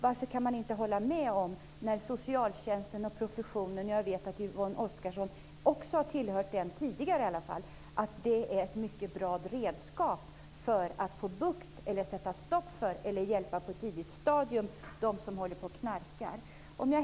Varför kan hon inte hålla med socialtjänsten och professionen - och jag vet att Yvonne Oscarsson har tillhört den tidigare i alla fall - som säger att det är ett mycket bra redskap för att få bukt med eller på ett tidigt stadium hjälpa dem som knarkar?